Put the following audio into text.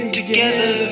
together